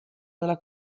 nella